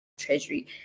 treasury